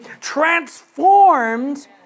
transformed